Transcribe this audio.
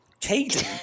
Caden